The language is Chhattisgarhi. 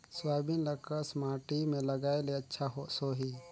सोयाबीन ल कस माटी मे लगाय ले अच्छा सोही?